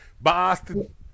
Boston